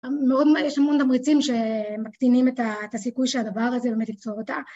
מאוד, יש המון תמריצים שמקטינים את הסיכוי שהדבר הזה באמת ייצור אותה